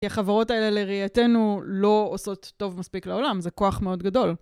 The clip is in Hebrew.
כי החברות האלה לראייתנו לא עושות טוב מספיק לעולם, זה כוח מאוד גדול.